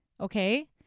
Okay